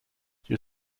you